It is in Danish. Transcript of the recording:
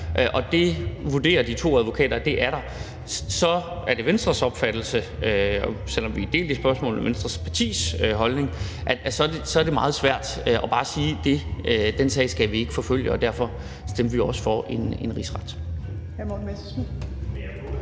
Og det vurderer de to advokater at der er. Så er det Venstres opfattelse – selv om vi er delt i forhold til spørgsmålet om Venstres partis holdning – at det så er meget svært bare at sige, at den sag skal vi ikke forfølge. Og derfor stemte vi også for en rigsretssag.